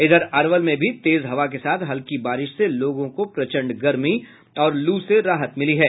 इधर अरवल में भी तेज हवा के साथ हल्की बारिश से लोगों को प्रचंड गर्मी और लू से राहत मिली है